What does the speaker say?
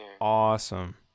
awesome